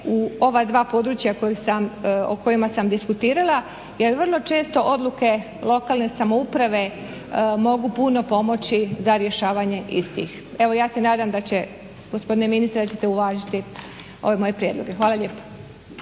u ova dva područja o kojima sam diskutirala jer vrlo često odluke lokalne samouprave mogu puno pomoći za rješavanje istih. Evo ja se nadam, gospodine ministre, da ćete uvažiti ove moje prijedloge. Hvala lijepa.